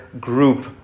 group